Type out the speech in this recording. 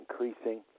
increasing